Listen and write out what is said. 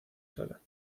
sala